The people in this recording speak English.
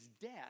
death